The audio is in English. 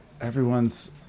everyone's